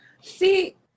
see